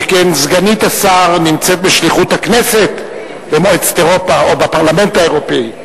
שכן סגנית השר נמצאת בשליחות הכנסת במועצת אירופה או בפרלמנט האירופי.